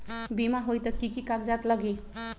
बिमा होई त कि की कागज़ात लगी?